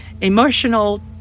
emotional